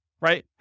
right